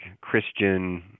Christian